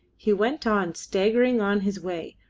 he went on, staggering on his way,